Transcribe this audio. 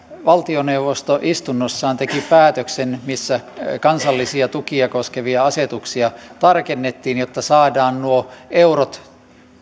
valtioneuvosto istunnossaan teki päätöksen missä kansallisia tukia koskevia asetuksia tarkennettiin jotta saadaan nuo eurot